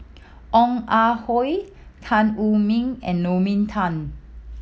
Ong Ah Hoi Tan Wu Meng and Naomi Tan